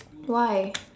why